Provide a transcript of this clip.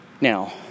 Now